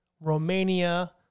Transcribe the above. Romania